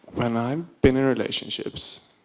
when i've been in relationships,